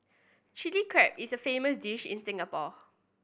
Chilli Crab is a famous dish in Singapore